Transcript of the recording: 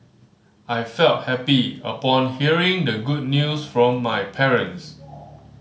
I felt happy upon hearing the good news from my parents